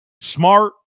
Smart